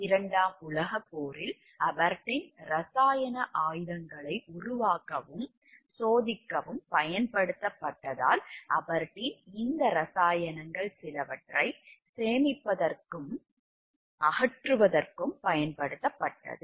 இரண்டாம் உலகப் போரில் அபெர்டீன் இரசாயன ஆயுதங்களை உருவாக்கவும் சோதிக்கவும் பயன்படுத்தப்பட்டதால் அபெர்டீன் இந்த இரசாயனங்கள் சிலவற்றை சேமிப்பதற்கும் அகற்றுவதற்கும் பயன்படுத்தப்பட்டது